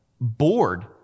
bored